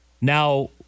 Now